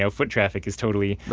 so foot traffic is totally.